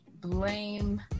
blame